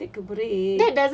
take a break